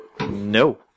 No